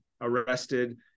arrested